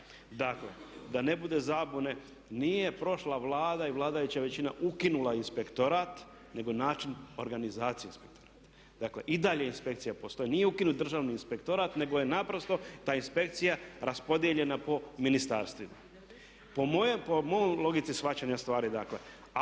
Dakle, da ne bude zabune, nije prošla Vlada i vladajuća većina ukinula inspektorat nego način organizacije inspektorata. Dakle, i dalje inspekcija postoji. Nije ukinut državni inspektorat nego je naprosto ta inspekcija raspodijeljena po ministarstvima. Po mojoj logici shvaćanja stvari dakle,